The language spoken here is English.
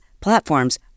platforms